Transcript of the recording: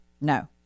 No